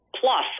plus